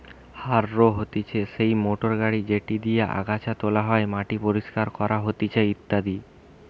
harrow হতিছে সেই motor গাড়ি যেটি দিয়া আগাছা তোলা হয়, মাটি পরিষ্কার করা হতিছে ইত্যাদি